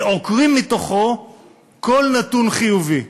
ועוקרים מתוכו כל נתון חיובי.